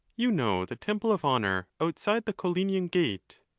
you know the temple of honour, outside the collinian gate.